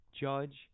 Judge